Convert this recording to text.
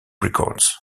records